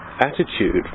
attitude